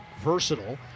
versatile